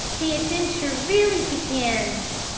the adventure really begins.